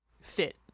fit